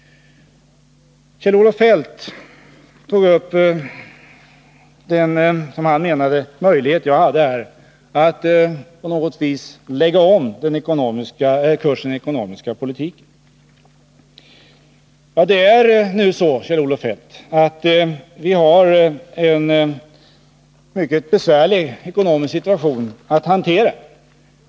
Kjell-Olof Feldt tog upp den möjlighet jag enligt hans mening här hade att på något sätt lägga om kursen i den ekonomiska politiken. Vi har, Kjell-Olof Feldt, en mycket besvärlig ekonomisk situation att hantera.